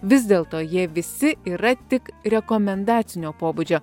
vis dėlto jie visi yra tik rekomendacinio pobūdžio